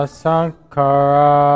sankara